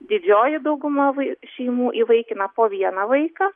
didžioji dauguma vai šeimų įvaikina po vieną vaiką